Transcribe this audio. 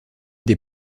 des